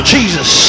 Jesus